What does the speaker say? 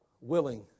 willing